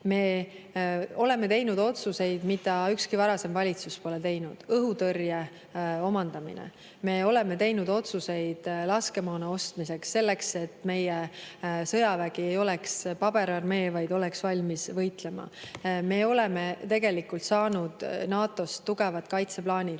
Me oleme teinud otsuseid, mida ükski varasem valitsus pole teinud. Õhutõrje omandamine. Me oleme teinud otsuseid laskemoona ostmiseks selleks, et meie sõjavägi ei oleks paberarmee, vaid oleks valmis võitlema. Me oleme tegelikult saanud NATO‑st tugevad kaitseplaanid,